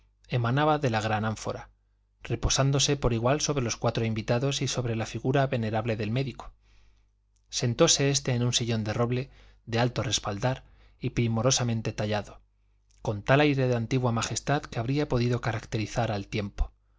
emanaba de la gran ánfora reposándose por igual sobre los cuatro invitados y sobre la figura venerable del médico sentóse éste en un sillón de roble de alto respaldar y primorosamente tallado con tal aire de antigua majestad que habría podido caracterizar al tiempo